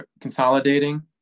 consolidating